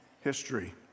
history